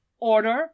Order